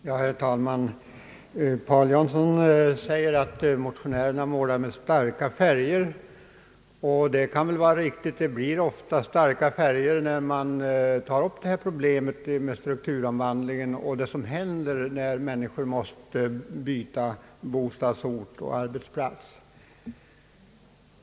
Herr talman! Herr Paul Jansson säger att motionärerna målar med starka färger — och det kan vara riktigt. Det blir ofta starka färger när man tar upp problem med strukturomvandlingen och frågor som sammanhänger med att människor måste byta bostadsort och arbetsplats.